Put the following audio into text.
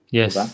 Yes